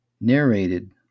narrated